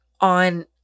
on